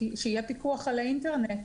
שיהיה פיקוח על האינטרנט,